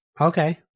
Okay